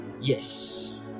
Yes